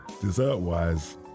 Dessert-wise